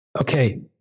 Okay